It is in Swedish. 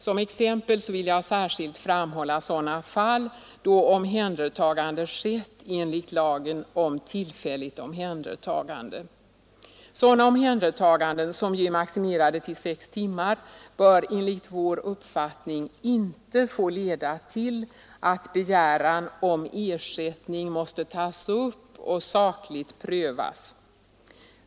Som exempel vill jag särskilt framhålla sådana fall då omhändertagande skett enligt lagen om tillfälligt omhändertagande. Sådana omhändertaganden, som ju är maximerade till sex timmar, bör enligt vår uppfattning inte få leda till att begäran om ersättning måste tas upp och sakligt prövas.